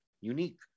unique